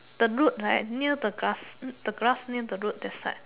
the root right near the grass the grass near the root that side